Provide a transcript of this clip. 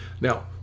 Now